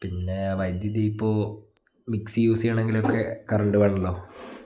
പിന്നെ വൈദ്യുതി ഇപ്പോൾ മിക്സി യൂസ് ചെയ്യണമെങ്കിൽ ഒക്കെ കറൻ്റ് വേണമല്ലോ